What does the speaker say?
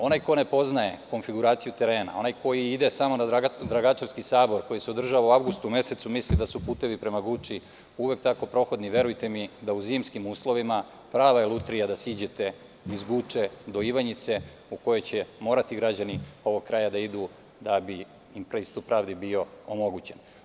Onaj ko ne poznaje konfiguraciju terena, onaj koji ide samo na Dragačevski sabor, koji se održava u avgustu mesecu, misli da su putevi prema Guči uvek tako prohodni, verujte mi da je u zimskim uslovima prava lutrija da siđete iz Guče do Ivanjice u koju će građani ovog kraja morati da idu da bi im pristup pravdi bio omogućen.